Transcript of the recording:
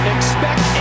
Expect